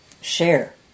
share